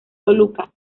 toluca